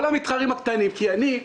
כל המתחרים הקטנים ייעלמו.